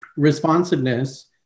responsiveness